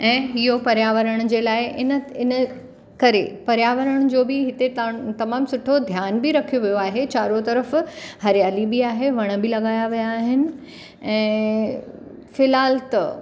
ऐं इहो पर्यावरण जे लाइ इन इन करे पर्यावरण जो बि हिते तमामु सुठो ध्यानु बि रखियो वियो आहे चारों तरफ़ु हरियाली बि आहे वण बि लॻाया विया आहिनि ऐं फ़िल्हाल त